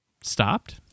stopped